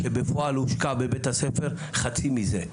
כשבפועל הושקע בבית הספר חצי מזה.